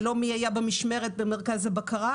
ולא מי היה במשמרת במרכז הבקרה.